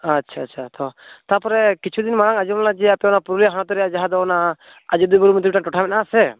ᱟᱪᱪᱷᱟ ᱪᱷᱟ ᱪᱷᱟ ᱛᱚ ᱛᱟᱯᱚᱨᱮ ᱠᱤᱪᱷᱩᱫᱤᱱ ᱢᱟᱲᱟᱝ ᱟᱡᱚᱢ ᱞᱮᱱᱟ ᱡᱮ ᱟᱯᱮ ᱚᱱᱟ ᱯᱩᱨᱩᱞᱤᱭᱟᱹ ᱦᱚᱱᱚᱛ ᱨᱮᱭᱟᱜ ᱡᱟᱦᱟᱸ ᱫᱚ ᱚᱱᱟ ᱟᱡᱳᱫᱤᱭᱟᱹ ᱵᱩᱨᱩ ᱢᱮᱱᱛᱮ ᱴᱚᱴᱷᱟ ᱢᱮᱱᱟᱜᱼᱟ ᱥᱮ